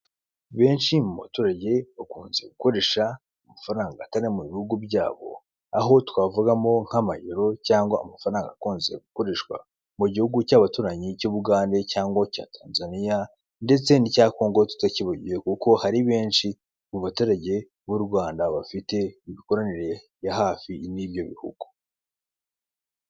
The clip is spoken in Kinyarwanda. Benshi mu baturage bakunze gukoresha amafaranga atari ayo mu bihugu byabo, aho twavugamo nk'amayero cyangwa amafaranga akunze gukoreshwa mu gihugu cy'abaturanyi cy'Ubugande cyangwa cya Tanzaniya, ndetse n'icya Kongo tutakibagiwe kuko hari benshi mu baturage b'Urwanda bafite imikoranire ya hafi n'ibyo bihugu.